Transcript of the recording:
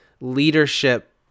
leadership